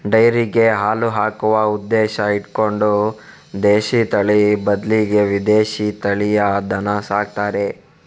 ಡೈರಿಗೆ ಹಾಲು ಹಾಕುವ ಉದ್ದೇಶ ಇಟ್ಕೊಂಡು ದೇಶೀ ತಳಿ ಬದ್ಲಿಗೆ ವಿದೇಶೀ ತಳಿಯ ದನ ಸಾಕ್ತಾರೆ